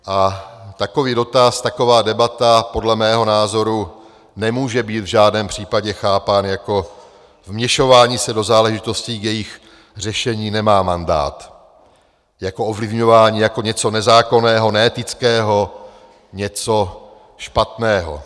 A takový dotaz, taková debata podle mého názoru nemůže být v žádném případě chápána jako vměšování se do záležitostí, k jejichž řešení nemám mandát, jako ovlivňování, jako něco nezákonného, neetického, něco špatného.